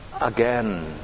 again